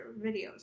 videos